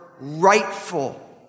rightful